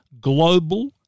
global